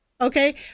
okay